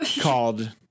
called